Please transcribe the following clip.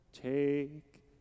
Take